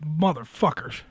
Motherfuckers